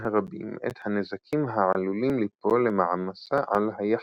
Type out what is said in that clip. הרבים את הנזקים העלולים ליפול למעמסה על היחיד.